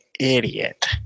Idiot